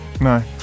No